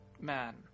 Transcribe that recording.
man